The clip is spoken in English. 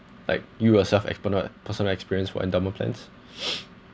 like you yourself have pernal~ personal experience for endowment plans